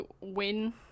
win